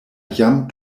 jam